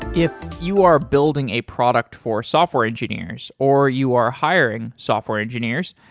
if you are building a product for software engineers or you are hiring software engineers,